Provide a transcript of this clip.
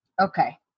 Okay